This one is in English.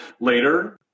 Later